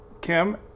kim